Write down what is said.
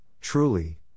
Truly